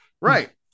Right